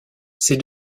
ses